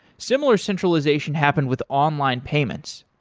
similar centralization happen with online payments.